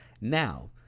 Now